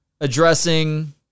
addressing